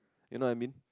you know what I mean